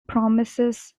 promises